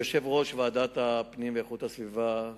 יושב-ראש ועדת הפנים והגנת הסביבה,